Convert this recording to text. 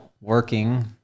working